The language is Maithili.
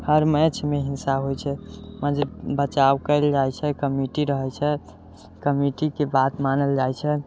हर मैच मे हिंसा होइ छै बचाव कयल जाइ छै कमिटी रहै छै कमिटीके बात मानल जाइ छै